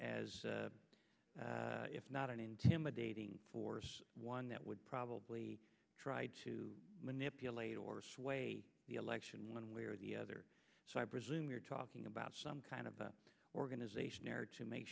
as if not an intimidating force one that would probably try to manipulate or sway the election one way or the other so i presume you're talking about some kind of the organization there to make